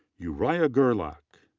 uria gerlach.